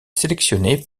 sélectionné